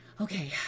Okay